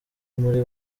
muri